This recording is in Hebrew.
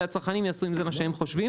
והצרכנים יעשו עם זה מה שהם חושבים.